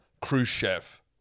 Khrushchev